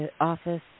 office